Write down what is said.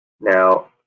Now